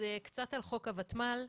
קצת על חוק הוותמ"ל: